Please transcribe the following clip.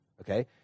okay